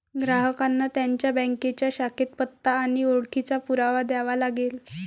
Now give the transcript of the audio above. ग्राहकांना त्यांच्या बँकेच्या शाखेत पत्ता आणि ओळखीचा पुरावा द्यावा लागेल